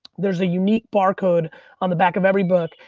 there's a unique barcode on the back of every book,